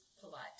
polite